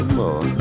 more